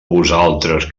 vosaltres